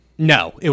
No